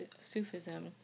Sufism